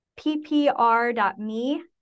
ppr.me